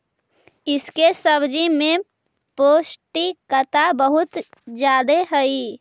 इसके सब्जी में पौष्टिकता बहुत ज्यादे हई